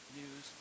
news